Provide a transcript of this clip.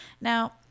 Now